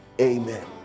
amen